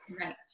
right